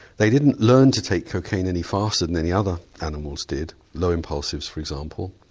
they didn't learn to take cocaine any faster than any other animals did, low impulsives for example,